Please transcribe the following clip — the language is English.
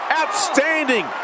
Outstanding